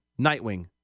Nightwing